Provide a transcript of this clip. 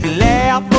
laugh